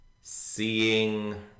seeing